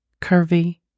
curvy